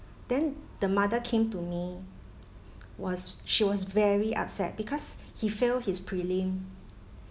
then the mother came to me was she was very upset because he fail his prelim